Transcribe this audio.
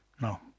No